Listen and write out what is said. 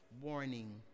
warning